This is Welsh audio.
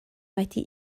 wedi